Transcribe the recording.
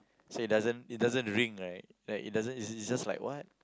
so it doesn't it doesn't ring right like it doesn't is is just like what